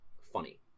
funny